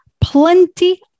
plenty